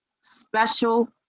special